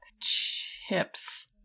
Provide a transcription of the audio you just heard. Chips